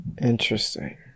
interesting